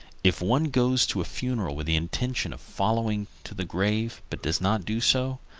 if one goes to a funeral with the intention of following to the grave but does not do so,